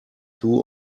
two